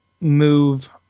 move